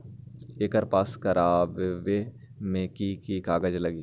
एकर पास करवावे मे की की कागज लगी?